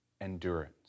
endurance